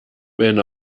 wenn